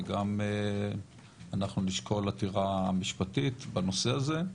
וגם אנחנו נשקול עתירה משפטית בנושא הזה.